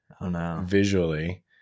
visually